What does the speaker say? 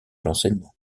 l’enseignement